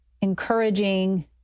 encouraging